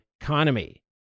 economy